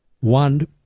one